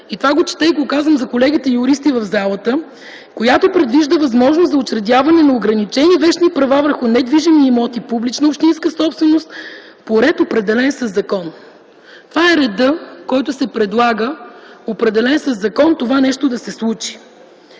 - това го чета и казвам за колегите юристи в залата, която предвижда възможност за учредяване на ограничени вещни права върху недвижими имоти публична общинска собственост по ред, определен със закон. Това е редът, който се предлага, определен със закон, това нещо да се случи.